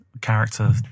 character